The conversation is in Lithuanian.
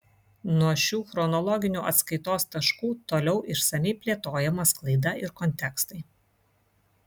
nuo šių chronologinių atskaitos taškų toliau išsamiai plėtojama sklaida ir kontekstai